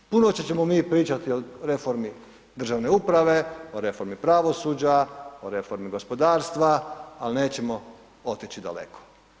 Puno ćemo mi pričati o reformi državne uprave, o reformi pravosuđa, o reformi gospodarstva, ali nećemo otići daleko.